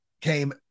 came